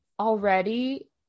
already